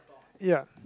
ya